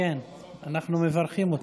אנחנו מברכים אותו.